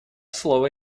слово